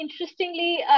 interestingly